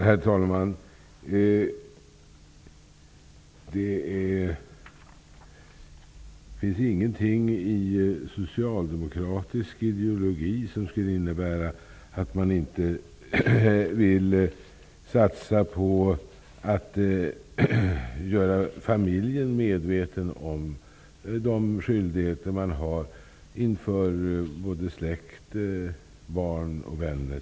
Herr talman! Det finns ingenting i socialdemokratisk ideologi som skulle innebära att man inte vill satsa på att göra familjen medveten om de skyldigheter som man har inför såväl släkt och barn som vänner.